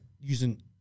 using